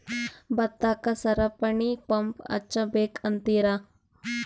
ಭತ್ತಕ್ಕ ಸರಪಣಿ ಪಂಪ್ ಹಚ್ಚಬೇಕ್ ಅಂತಿರಾ?